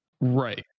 Right